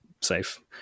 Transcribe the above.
safe